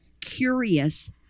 curious